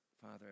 Father